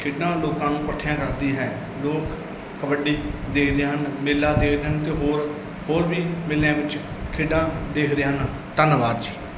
ਖੇਡਾਂ ਲੋਕਾਂ ਨੂੰ ਇਕੱਠਿਆਂ ਕਰਦੀ ਹੈ ਲੋਕ ਕਬੱਡੀ ਦੇਖਦੇ ਹਨ ਮੇਲਾ ਦੇਖਦੇ ਹਨ ਅਤੇ ਹੋਰ ਹੋਰ ਵੀ ਮੇਲਿਆਂ ਵਿੱਚ ਖੇਡਾਂ ਦੇਖਦੇ ਹਨ ਧੰਨਵਾਦ ਜੀ